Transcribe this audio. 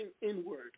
inward